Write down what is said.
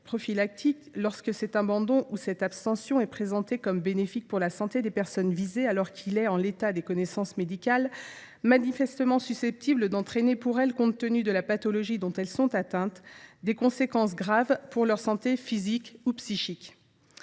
prophylactique, lorsque cet abandon ou cette abstention est présenté comme bénéfique pour la santé des personnes visées alors qu’il est, en l’état des connaissances médicales, manifestement susceptible d’entraîner pour elles, compte tenu de la pathologie dont elles sont atteintes, des conséquences graves pour leur santé physique ou psychique